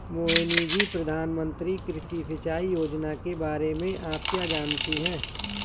मोहिनी जी, प्रधानमंत्री कृषि सिंचाई योजना के बारे में आप क्या जानती हैं?